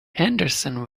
henderson